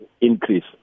increase